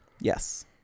yes